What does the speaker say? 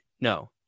no